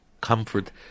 comfort